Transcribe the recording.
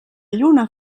lluna